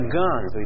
guns